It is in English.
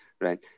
right